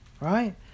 right